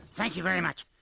thank you very much.